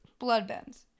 Bloodbends